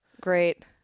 Great